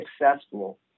successful